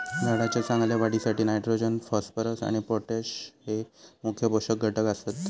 झाडाच्या चांगल्या वाढीसाठी नायट्रोजन, फॉस्फरस आणि पोटॅश हये मुख्य पोषक घटक आसत